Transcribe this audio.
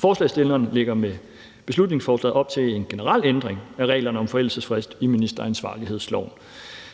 Forslagsstillerne lægger i beslutningsforslaget op til en generel ændring af reglerne om forældelsesfrist i ministeransvarlighedsloven.